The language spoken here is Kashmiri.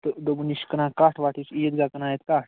تہٕ دوٚپُن یہِ چھُ کٕنان کٹھ وٹھ یہِ چھُ عیٖدگاہ کٕنان اَتہِ کٹھ